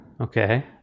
okay